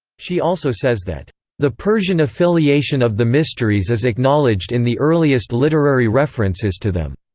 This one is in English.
she also says that the persian affiliation of the mysteries is acknowledged in the earliest literary references to them.